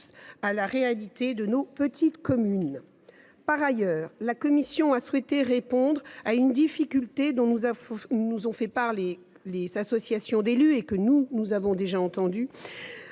à la réalité de nos petites communes. En outre, la commission a souhaité répondre à une difficulté dont nous ont fait part les associations d’élus, et dont nous avions déjà